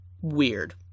weird